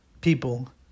people